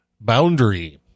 boundary